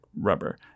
rubber